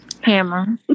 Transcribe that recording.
Hammer